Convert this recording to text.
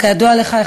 כידוע לך,